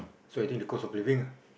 so I think the cost of living ah